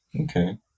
Okay